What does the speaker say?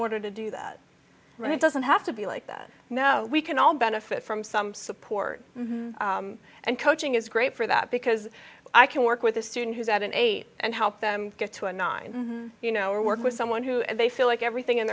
order to do that and it doesn't have to be like that now we can all benefit from some support and coaching is great for that because i can work with a student who's at an age and help them get to a nine you know or work with someone who they feel like everything in